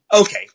Okay